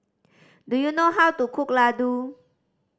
do you know how to cook Ladoo